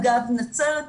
אגב נצרת,